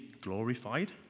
glorified